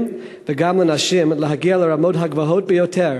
וגם לנשים להגיע לרמות הגבוהות ביותר,